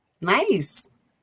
nice